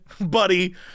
buddy